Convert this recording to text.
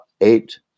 eight